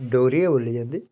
डोगरी गै बोल्ली जंदी